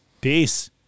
Peace